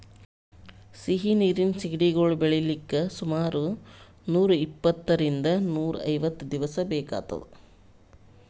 ಸಿಹಿ ನೀರಿನ್ ಸಿಗಡಿಗೊಳ್ ಬೆಳಿಲಿಕ್ಕ್ ಸುಮಾರ್ ನೂರ್ ಇಪ್ಪಂತ್ತರಿಂದ್ ನೂರ್ ಐವತ್ತ್ ದಿವಸ್ ಬೇಕಾತದ್